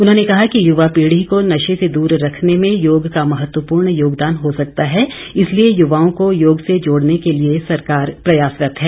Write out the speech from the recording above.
उन्होंने कहा कि युवा पीढ़ी को नशे से दूर रखने में योग का महत्वपूर्ण योगदान हो सकता है इसलिए युवाओं को योग से जोड़ने के लिए सरकार प्रयासरत है